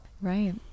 Right